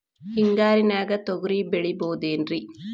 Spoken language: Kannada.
ಹಿಂಗಾರಿನ್ಯಾಗ ತೊಗ್ರಿ ಬೆಳಿಬೊದೇನ್ರೇ?